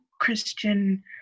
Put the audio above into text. Christian